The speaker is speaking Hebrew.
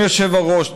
אדוני היושב-ראש,